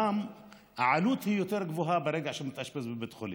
וגם העלות יותר גבוהה ברגע שהוא מתאשפז בבית החולים.